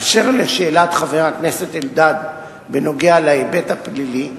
אשר לשאלת חבר הכנסת אלדד בנוגע להיבט הפלילי,